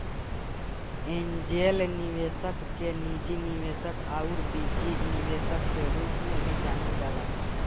angel निवेशक के निजी निवेशक आउर बीज निवेशक के रूप में भी जानल जाला